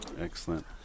Excellent